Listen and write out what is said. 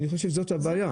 אני חושב שזאת הבעיה.